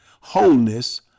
wholeness